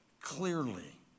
clearly